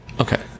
Okay